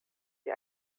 die